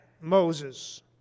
Moses